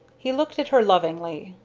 he looked at her lovingly,